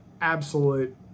absolute